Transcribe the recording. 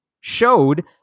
showed